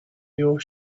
your